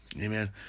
Amen